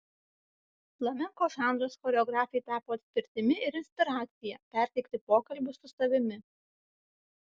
flamenko žanras choreografei tapo atspirtimi ir inspiracija perteikti pokalbius su savimi